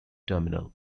terminal